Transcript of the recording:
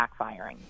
backfiring